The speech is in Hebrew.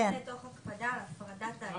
תוך הקפדה על הפרדת...